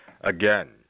Again